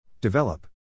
Develop